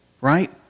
right